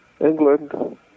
England